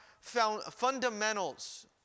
fundamentals